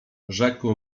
rzekł